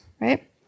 right